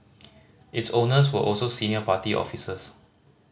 its owners were also senior party officers